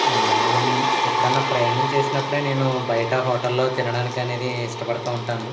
మనం ఎప్పుడన్నా ప్రయాణం చేసినప్పుడే నేను బయట హోటల్లో తినడానికనేది ఇష్టపడతూ ఉంటాను